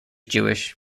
jewish